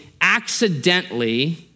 accidentally